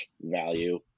value